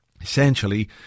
essentially